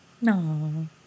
No